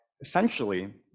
Essentially